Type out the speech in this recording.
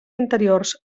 interiors